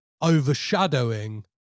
overshadowing